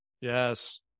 Yes